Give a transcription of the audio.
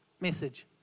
message